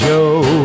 Joe